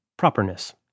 properness